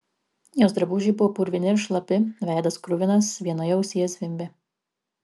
jos drabužiai buvo purvini ir šlapi veidas kruvinas vienoje ausyje zvimbė